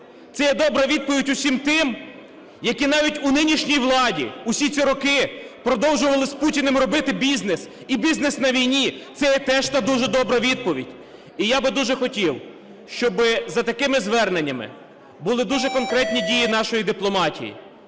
Це є добра відповідь усім тим, які навіть у нинішній владі всі ці роки продовжували з Путіним робити бізнес. І бізнес на війні – це є теж та дуже добра відповідь. І я би дуже хотів, щоби за такими зверненнями були діже конкретні дії нашої дипломатії.